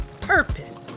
purpose